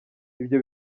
ibyo